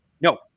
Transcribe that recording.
No